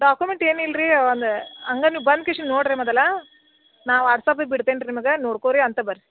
document ಏನಿಲ್ಲ ರೀ ಒಂದು ಹಂಗೆ ನೀವು ಬಂದು ಕಿಶಿನ್ ನೋಡಿರಿ ಮೊದಲ ನಾನು ವಾಟ್ಸಾಪ್ಪಿಗೆ ಬಿಡ್ತೇನೆ ರೀ ನಿಮಗೆ ನೋಡ್ಕೊಳಿ ಅಂತ ಬರ್ರಿ